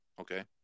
Okay